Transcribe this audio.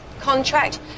contract